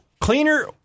Cleaner